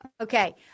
Okay